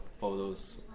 photos